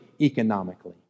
economically